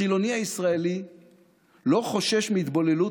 החילוני הישראלי לא חושש מהתבוללות,